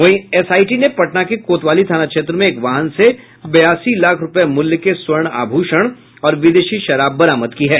वहीं एसआईटी ने पटना के कोतवाली थाना क्षेत्र में एक वाहन से बयासी लाख रुपये मूल्य के स्वर्ण आभूषण और विदेशी शराब बरामद की है